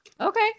Okay